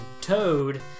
Toad